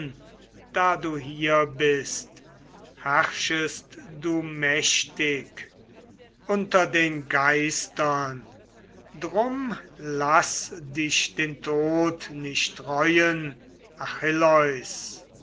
da du hier bist herrschest du mächtig unter den geistern drum laß dich den tod nicht reuen